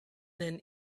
then